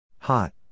Hot